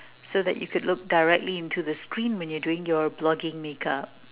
so that you can look directly into the screen when you are doing your blogging makeup